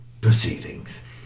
proceedings